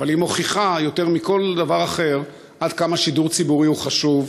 אבל היא מוכיחה יותר מכל דבר אחר עד כמה שידור ציבורי הוא חשוב,